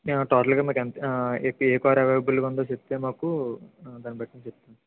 మేము టోటల్గా మీకెంత ఏ కారు అవైలబుల్గా ఉందో చెప్తే మాకు దాని బట్టి చెప్తాము